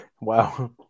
Wow